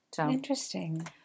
Interesting